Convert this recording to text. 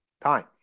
time